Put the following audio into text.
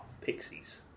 Pixies